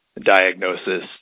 diagnosis